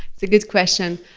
it's a good question.